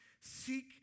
seek